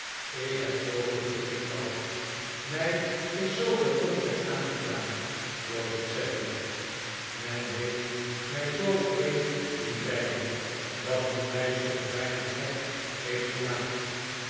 ik heb zooveel verdriet gehad mij is zooveel onrecht aangedaan joseph sedley men heeft mij zoo wreed doen lijden dat men mij soms bijna gek heeft gemaakt